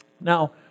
Now